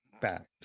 fact